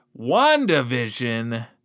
WandaVision